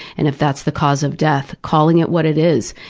and if that's the cause of death, calling it what it is.